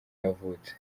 yavutse